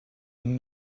and